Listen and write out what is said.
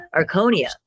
Arconia